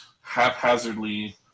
haphazardly